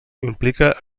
implica